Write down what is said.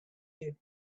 you